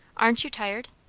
aren't you tired?